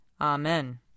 Amen